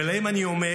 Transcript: להם אני אומר: